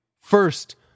First